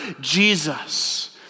Jesus